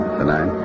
Tonight